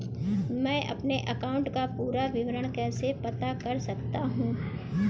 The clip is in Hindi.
मैं अपने बैंक अकाउंट का पूरा विवरण कैसे पता कर सकता हूँ?